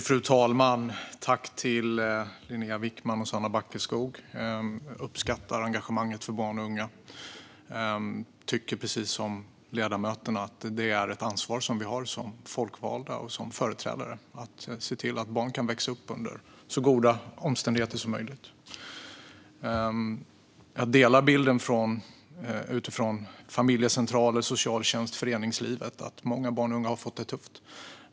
Fru talman! Jag tackar Sanna Backeskog och Linnéa Wickman. Jag uppskattar ert engagemang för barn och unga, och precis som ledamöterna tycker jag att vi som folkvalda företrädare har ett ansvar att se till att barn kan växa upp under så goda omständigheter som möjligt. Jag delar bilden från familjecentraler, socialtjänst och föreningsliv att många barn och unga har det tufft.